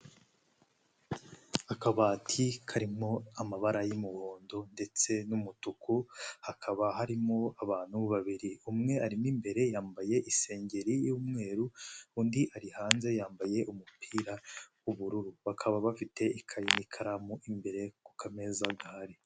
Akabati karimo amabara y'umuhondo ndetse n'umutuku, hakaba harimo abantu babiri, umwe arimo imbere yambaye isengeri y'umweru, undi ari hanze yambaye umupira w'ubururu, bakaba bafite ikayi n'ikaramu imbere ku kameza gahari.